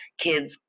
kids